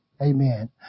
Amen